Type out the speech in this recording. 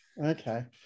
Okay